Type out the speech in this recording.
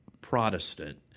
Protestant